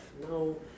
no